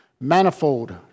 manifold